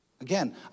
Again